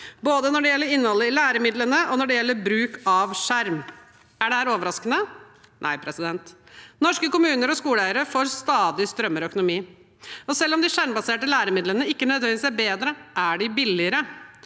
både når det gjelder innholdet i læremidlene og når det gjelder bruk av skjerm. Er dette overraskende? Nei. Norske kommuner og skoleeiere får stadig strammere økonomi, og selv om de skjermbaserte læremidlene ikke nødvendigvis er bedre, er de billigere.